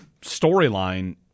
storyline